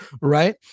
right